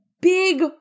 big